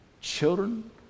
children